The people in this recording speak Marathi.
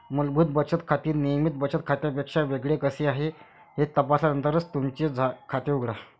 मूलभूत बचत खाते नियमित बचत खात्यापेक्षा वेगळे कसे आहे हे तपासल्यानंतरच तुमचे खाते उघडा